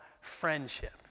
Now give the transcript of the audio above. friendship